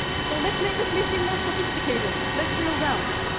so let's make this mission more sophisticated. let's drill down.